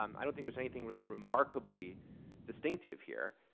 um i don't think there's anything really remarkably distinctive here.